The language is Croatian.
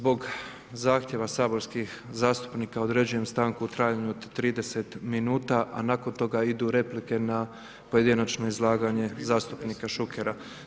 Zbog zahtjeva saborskih zastupnika određujem stanku u trajanju od 30 minuta, a nakon toga idu replike na pojedinačno izlaganje zastupnika Šukera.